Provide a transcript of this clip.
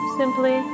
simply